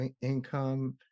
income